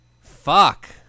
Fuck